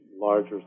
larger